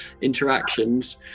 interactions